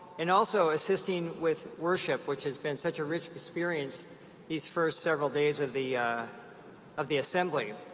and also assisting with worship, which has been such a rich experience these first several days of the of the assembly.